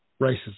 racism